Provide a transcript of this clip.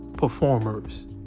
Performers